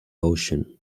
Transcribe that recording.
ocean